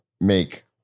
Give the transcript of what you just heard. make